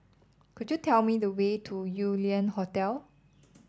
could you tell me the way to Yew Lian Hotel